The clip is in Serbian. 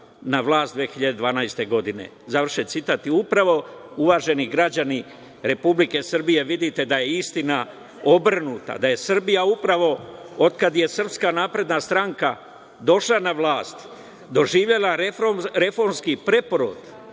na vlast 2012. godine. Završen citat. Upravo, uvaženi građani Republike Srbije vidite da je istina obrnuta, da je Srbija upravo, od kada je SNS došla na vlast, doživela reformski preporod